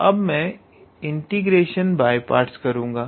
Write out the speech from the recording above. तो अब मैं इंटीग्रेशन बाय पार्ट्स करूंगा